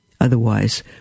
Otherwise